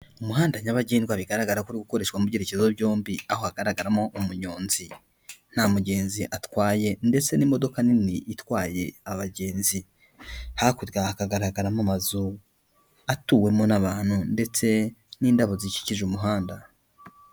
Umuhanda nyabagendwa bigaragara kuri uri gukoreshwa mu byerekezo byombi aho hagaragaramo umunyonzi, nta mugenzi atwaye ndetse n'imodoka nini itwaye abagenzi, hakurya hakagaragaramo amazu atuwemo n'abantu ndetse n'indabo zikikije umuhanda.